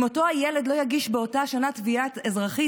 אם אותו הילד לא יגיש באותה שנה תביעה אזרחית,